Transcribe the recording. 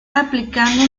aplicado